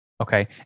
Okay